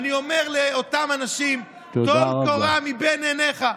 אני אומר לאותם אנשים: טול קורה מבין עיניך.